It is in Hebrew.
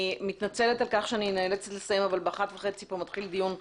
אני מתנצלת על כך שאני נאלצת לסיים אבל בשעה 13:30 מתחיל כאן דיון נוסף.